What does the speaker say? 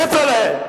כצל'ה,